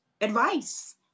advice